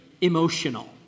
emotional